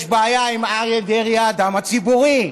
יש בעיה עם אריה דרעי האדם הציבורי,